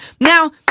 Now